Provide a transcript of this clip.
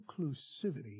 inclusivity